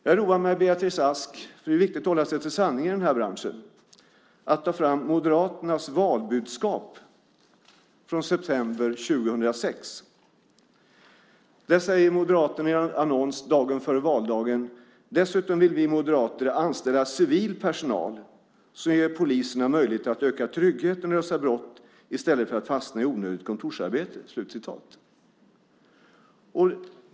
Jag roade mig, Beatrice Ask - det är ju viktigt att hålla sig till sanningen i den här branschen - åt att ta fram Moderaternas valbudskap från september 2006. Där säger Moderaterna i en annons, dagen före valdagen: "Dessutom vill vi anställa civil personal, som ger poliserna möjlighet att öka tryggheten och lösa brott i stället för att fastna i onödigt kontorsarbete."